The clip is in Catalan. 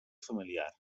familiar